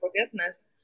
forgiveness